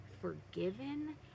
forgiven